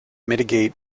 mitigate